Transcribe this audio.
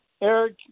Eric